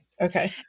okay